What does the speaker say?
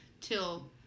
till